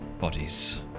bodies